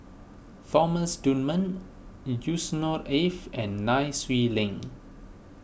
Thomas Dunman Yusnor Ef and Nai Swee Leng